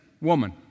woman